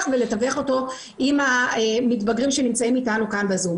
ולתווך אותו עם המתבגרים שנמצאים איתנו כאן בזום.